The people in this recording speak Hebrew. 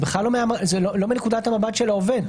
זה לא מנקודת המבט של העובד.